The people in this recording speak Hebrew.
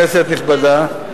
כנסת נכבדה,